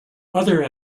other